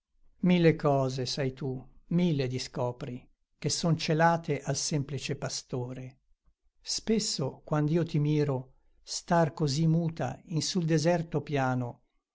mille cose sai tu mille discopri che son celate al semplice pastore spesso quand'io ti miro star così muta in sul deserto piano